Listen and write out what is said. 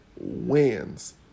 wins